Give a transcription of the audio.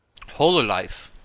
Hololife